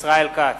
ישראל כץ,